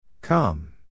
Come